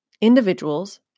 individuals